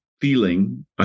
feeling